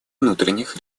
внутренних